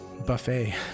Buffet